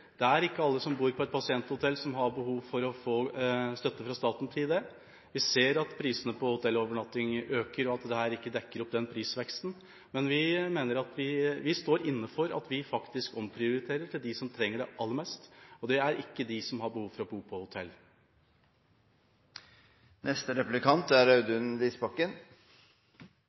Det er ikke alle som bor på et pasienthotell, som har behov for å få støtte fra staten til det. Vi ser at prisene på hotellovernatting øker, og at dette ikke dekkes opp av prisveksten, men vi står inne for at vi faktisk omprioriterer til dem som trenger det aller mest, og det er ikke de som har behov for å bo på